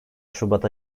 şubat